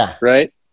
right